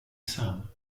sen